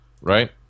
right